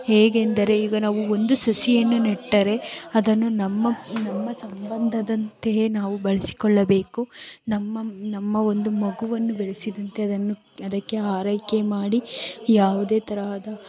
ಹೇಗೆಂದರೆ ಈಗ ನಾವು ಒಂದು ಸಸಿಯನ್ನು ನೆಟ್ಟರೆ ಅದನ್ನು ನಮ್ಮ ನಮ್ಮ ಸಂಬಂಧದಂತೆಯೇ ನಾವು ಬಳಸಿಕೊಳ್ಳಬೇಕು ನಮ್ಮ ನಮ್ಮ ಒಂದು ಮಗುವನ್ನು ಬೆಳೆಸಿದಂತೆ ಅದನ್ನು ಅದಕ್ಕೆ ಹಾರೈಕೆ ಮಾಡಿ ಯಾವುದೇ ತರಹದ